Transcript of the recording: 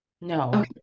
No